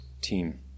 team